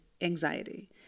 anxiety